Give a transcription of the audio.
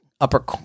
upper